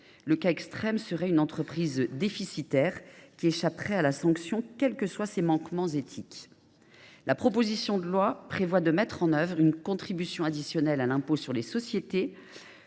Le cas extrême serait celui d’une entreprise déficitaire qui échapperait à la sanction, quels que soient ses manquements éthiques. La proposition de loi prévoit en outre d’instaurer une contribution additionnelle à l’impôt sur les sociétés